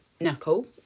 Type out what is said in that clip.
knuckle